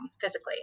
physically